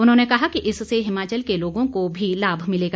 उन्होंने कहा कि इससे हिमाचल के लोगों को भी लाभ मिलेगा